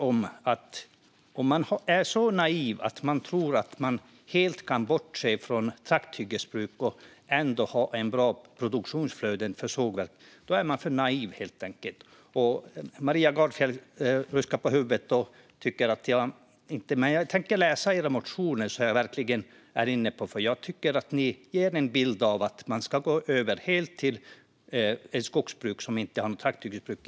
Om man tror att man helt kan bortse från trakthyggesbruk och ändå ha ett bra produktionsflöde för sågar är man för naiv - Maria Gardfjell ruskar på huvudet - men jag tänker läsa era motioner, för jag tycker att ni ger en bild av att man helt ska gå över till ett skogsbruk utan något trakthyggesbruk.